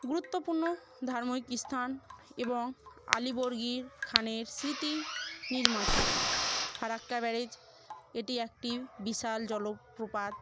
গুরুত্বপূর্ণ ধার্মিক স্থান এবং আলিবর্দি খানের স্মৃতি নির্মিত ফারাক্কা ব্যারেজ এটি একটি বিশাল জলপ্রপাত